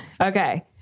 Okay